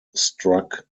struck